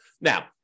Now